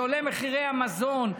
שעולים מחירי המזון,